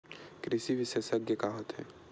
कृषि विशेषज्ञ का होथे?